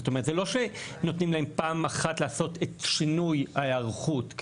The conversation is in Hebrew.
זאת אומרת שלא נותנים להם פעם אחת לעשות את שינוי ההיערכות,